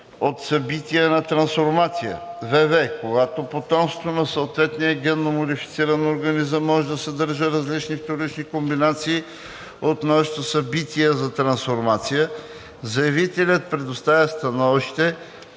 от събития на трансформация; вв) когато потомството на съответния генномодифициран организъм може да съдържа различни вторични комбинации от множествените събития на трансформация, заявителят представя научно